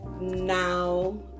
now